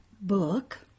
book